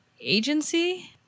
agency